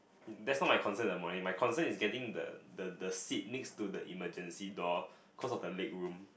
that's not my concern in the morning my concern is getting the the the seat next to the emergency door cause of the leg room